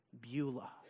Beulah